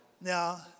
Now